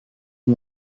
and